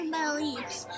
beliefs